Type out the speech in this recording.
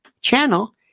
channel